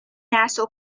nasal